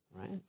right